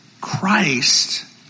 Christ